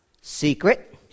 secret